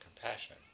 compassion